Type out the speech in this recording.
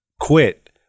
quit